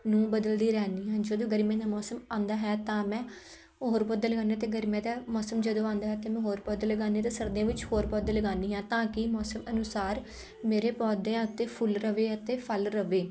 ਨੂੰ ਬਦਲਦੀ ਰਹਿੰਦੀ ਹਾਂ ਜਦੋਂ ਗਰਮੀਆਂ ਦਾ ਮੌਸਮ ਆਉਂਦਾ ਹੈ ਤਾਂ ਮੈਂ ਹੋਰ ਪੌਦੇ ਲਗਾਉਂਦੀ ਹਾਂ ਅਤੇ ਗਰਮੀਆਂ ਦਾ ਮੌਸਮ ਜਦੋਂ ਆਉਂਦਾ ਹੈ ਤਾਂ ਮੈਂ ਹੋਰ ਪੌਦੇ ਲਗਾਉਂਦੀ ਹਾਂ ਅਤੇ ਸਰਦੀਆਂ ਵਿੱਚ ਹੋਰ ਪੌਦੇ ਲਗਾਉਂਦੀ ਹਾਂ ਤਾਂ ਕਿ ਮੌਸਮ ਅਨੁਸਾਰ ਮੇਰੇ ਪੌਦਿਆਂ ਉੱਤੇ ਫੁੱਲ ਰਵੇ ਅਤੇ ਫ਼ਲ ਰਵੇ